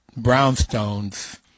brownstones